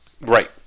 right